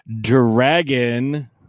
dragon